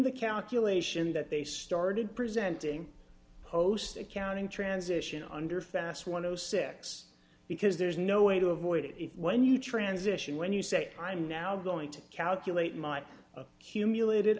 the calculation that they started presenting post accounting transition under fast one o six because there's no way to avoid it if when you transition when you say i'm now going to calculate my humiliated